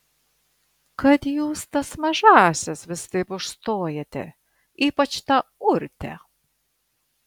kad jūs tas mažąsias vis taip užstojate ypač tą urtę